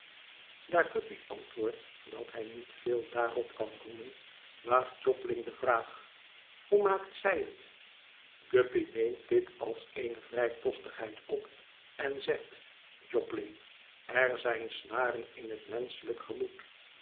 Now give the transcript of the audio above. daar guppy antwoordt dat hij niet veel daarop kan roemen waagt jobling de vraag hoe maakt zij het guppy neemt dit als eene vrijpostigheid op en zegt jobling er zijn snaren in het menschelijk gemoed